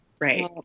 Right